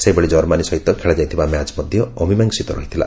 ସେହିଭଳି କର୍ମାନୀ ସହିତ ଖେଳାଯାଇଥିବା ମ୍ୟାଚ୍ ମଧ୍ୟ ଅମୀମାଂସିତ ରହିଥିଲା